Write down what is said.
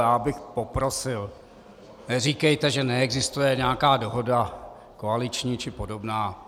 Já bych poprosil, neříkejte, že neexistuje nějaká dohoda koaliční či podobná.